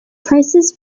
prices